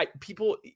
People